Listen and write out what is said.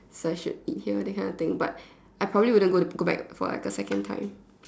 so I should be here that kind of thing but I probably wouldn't go back for like a second time